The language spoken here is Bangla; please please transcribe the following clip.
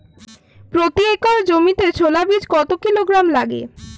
প্রতি একর জমিতে ছোলা বীজ কত কিলোগ্রাম লাগে?